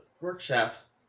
workshops